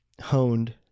honed